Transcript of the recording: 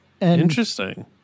Interesting